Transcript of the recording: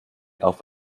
auf